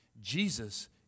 Jesus